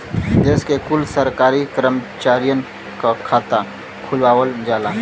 देश के कुल सरकारी करमचारियन क खाता खुलवावल जाला